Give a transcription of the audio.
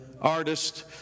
artist